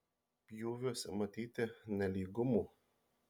pjūviuose matyti nelygumų